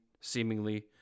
seemingly